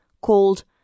called